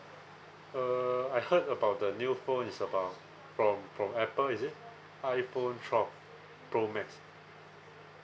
uh I heard about the new phone it's about from from apple is it iPhone twelve pro max